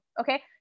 okay